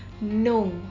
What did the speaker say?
no